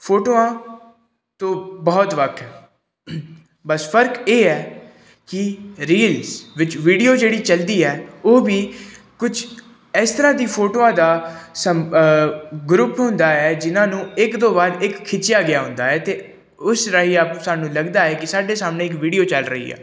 ਫੋਟੋਆਂ ਤੋਂ ਬਹੁਤ ਵੱਖ ਬਸ ਫ਼ਰਕ ਇਹ ਹੈ ਕਿ ਰੀਲਸ ਵਿੱਚ ਵੀਡੀਓ ਜਿਹੜੀ ਚਲਦੀ ਹੈ ਉਹ ਵੀ ਕੁਛ ਇਸ ਤਰ੍ਹਾਂ ਦੀ ਫੋਟੋਆਂ ਦਾ ਸਮ ਗਰੁੱਪ ਹੁੰਦਾ ਹੈ ਜਿਹਨਾਂ ਨੂੰ ਇੱਕ ਤੋਂ ਬਾਅਦ ਇਕ ਖਿੱਚਿਆ ਗਿਆ ਹੁੰਦਾ ਹੈ ਅਤੇ ਉਸ ਰਾਹੀਂ ਆਪ ਸਾਨੂੰ ਲੱਗਦਾ ਹੈ ਕਿ ਸਾਡੇ ਸਾਹਮਣੇ ਇੱਕ ਵੀਡੀਓ ਚੱਲ ਰਹੀ ਆ